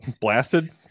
Blasted